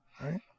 Right